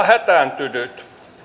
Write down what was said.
hätääntynyt